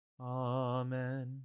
Amen